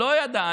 לא ידע.